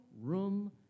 room